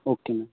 okay madam